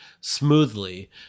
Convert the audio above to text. smoothly